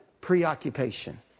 preoccupation